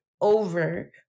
over